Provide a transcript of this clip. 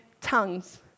tongues